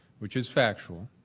which is factual,